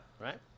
Right